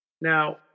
Now